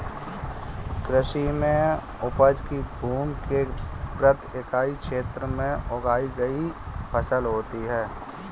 कृषि में उपज भूमि के प्रति इकाई क्षेत्र में उगाई गई फसल होती है